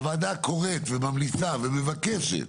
הוועדה קוראת וממליצה ומבקשת